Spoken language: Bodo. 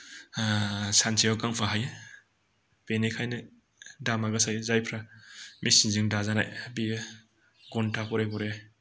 सानसेयाव गांफा हायो बेनिखायनो दामा गोसा जायो जायफ्रा मेसिनजों दाजानाय बेयो घन्टा गरे गरे